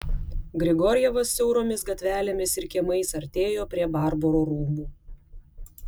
grigorjevas siauromis gatvelėmis ir kiemais artėjo prie barbaro rūmų